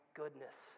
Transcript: goodness